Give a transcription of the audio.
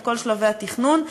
את כל שלבי התכנון.